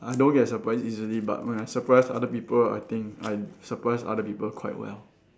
I don't get surprised easily but when I surprise other people I think I surprise other people quite well